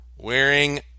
Wearing